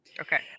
Okay